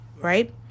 right